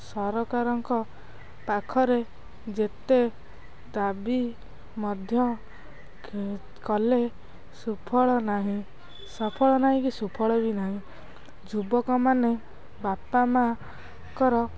ସରକାରଙ୍କ ପାଖରେ ଯେତେ ଦାବି ମଧ୍ୟ କଲେ ସୁଫଳ ନାହିଁ ସଫଳ ନାହିଁ କି ସୁଫଳ ବି ନାହିଁ ଯୁବକମାନେ ବାପା ମା'ଙ୍କର